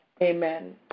Amen